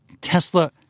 Tesla